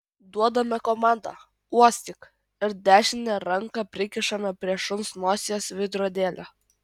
duodame komandą uostyk ir dešinę ranką prikišame prie šuns nosies veidrodėlio